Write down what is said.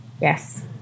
Yes